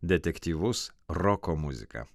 detektyvus roko muziką